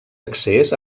accés